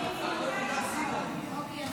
הכול בזכות